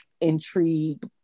intrigued